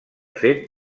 fet